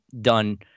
Done